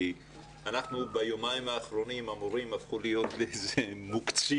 אנחנו ביומיים האחרונים המורים הפכו להיות מוקצים